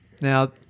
Now